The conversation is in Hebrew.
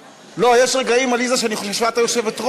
לא, יש רגעים, עליזה, שאני חושב שאת היושבת-ראש.